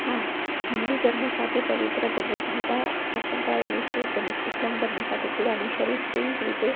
હા હિન્દુ ધર્મ સાથે પવિત્ર ભગવદ્ ગીતા પણ સંકળાએલી છે તેમજ ઇસ્લામ ધર્મ સાથે કુરાને શરીફ તેવી જ રીતે